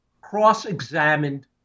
cross-examined